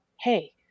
hey